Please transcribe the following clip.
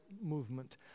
Movement